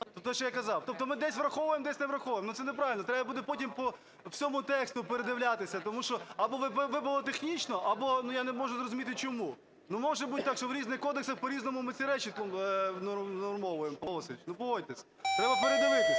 тобто те, що я казав. Тобто ми десь враховуємо, десь не враховуємо, ну, це неправильно. Треба буде потім по всьому тексту передивлятися, тому що або випало технічно, або, ну, я не можу зрозуміти чому. Не може бути так, що в різних кодексах по-різному, ми ці речі внормовуємо, Павло Васильович, ну погодьтесь, треба передивитися.